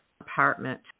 apartment